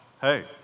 Hey